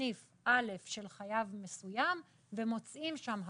בסניף א' של חייב מסוים ומוצאים שם הפרה,